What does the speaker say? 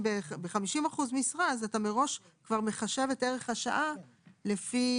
ב-50% משרה אז אתה מראש כבר מחשב את ערך השעה לפי,